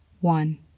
one